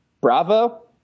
Bravo